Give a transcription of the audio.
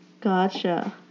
Gotcha